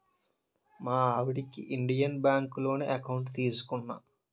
మా ఆవిడకి ఇండియన్ బాంకులోనే ఎకౌంట్ తీసుకున్నా